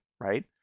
right